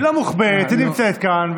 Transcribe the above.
לא מוחבאת, היא נמצאת כאן,